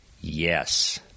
Yes